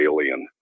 Alien